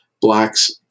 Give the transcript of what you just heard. blacks